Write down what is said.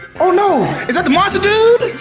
ah no! is that the monster dude?